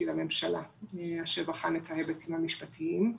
לממשלה אשר בחן את ההיבטים המשפטיים.